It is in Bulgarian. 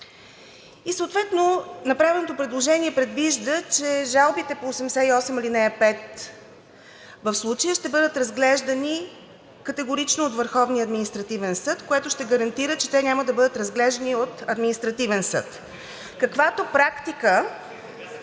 Съответно направеното предложение предвижда, че жалбите по чл. 88, ал. 5 в случая ще бъдат разглеждани категорично от Върховния административен съд, което ще гарантира, че те няма да бъдат разглеждани от Административния съд (шум и реплики),